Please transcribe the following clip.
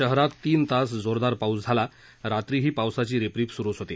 शहरात तीन तास जोरदार पाऊस झाला रात्रीही पावसाची रिपरिप सुरुच होती